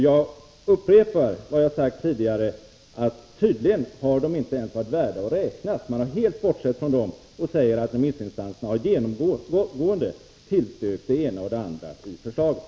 Jag upprepar det jag sade tidigare, att dessa synpunkter tydligen inte ens ansetts värda att räknas, utan man har helt bortsett från dem och säger att remissinstanserna genomgående har tillstyrkt olika delar av förslaget.